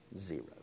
Zero